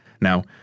Now